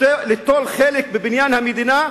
ליטול חלק בבניין המדינה,